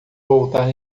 voltar